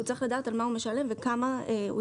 הוא צריך לדעת על מה הוא משלם ומה הסכום אליו הוא